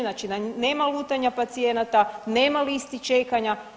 Znači da nema lutanja pacijenata, nema listi čekanja.